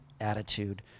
attitude